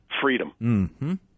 freedom